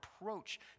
approach